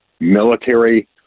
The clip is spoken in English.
military